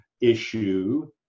issue